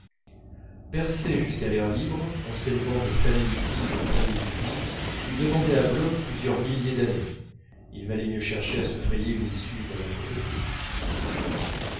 percer jusqu'à l'air libre en s'élevant de famille juive en famille juive eût demandé à bloch plusieurs milliers d'années il valait mieux chercher à se frayer une issue d'un autre côté